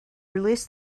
released